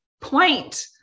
point